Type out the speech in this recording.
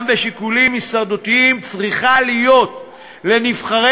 גם בשיקולים הישרדותיים צריכה להיות לנבחרי